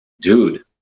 dude